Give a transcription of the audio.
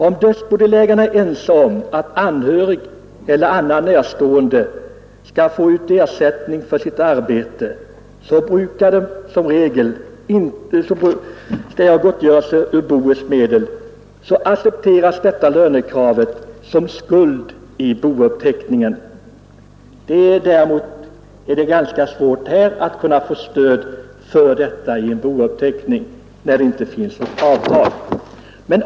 Om dödsbodelägarna är ense om att anhörig eller annan närstående för sitt arbete skall få gottgörelse från boets medel, accepteras detta lönekrav som en skuld i bouppteckningen.